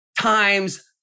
times